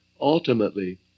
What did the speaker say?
ultimately